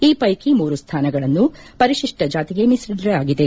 ಈ ಪ್ಲೆಕಿ ಮೂರು ಸ್ಥಾನಗಳನ್ನು ಪರಿತಿಷ್ಟ ಜಾತಿಗೆ ಮೀಸಲಿಡಲಾಗಿದೆ